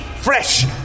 fresh